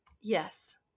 Yes